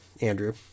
Andrew